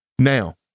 Now